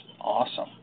awesome